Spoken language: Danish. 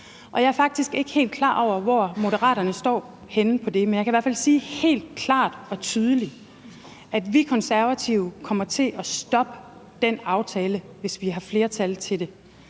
jeg er faktisk ikke helt klar over, hvor Moderaterne står henne i det. Men jeg kan i hvert fald sige helt klart og tydeligt, at vi Konservative kommer til at stoppe den aftale, hvis vi har flertal til det.